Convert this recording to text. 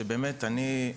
ובאמת אני,